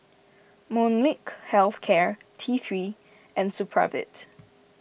Molnylcke Health Care T three and Supravit